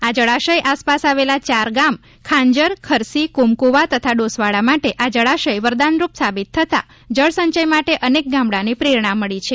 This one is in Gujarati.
આ જળાશય આસપાસ આવેલા ચાર ગામ ખાંજર ખરસી કુમ્કુવા તથા ડોસવાળા માટે આ જળાશય વરદાનરૂપ સાબિત થતાં જળસંચય માટે અનેક ગામડાંને પ્રેરણા મળી છે